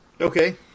Okay